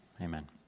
Amen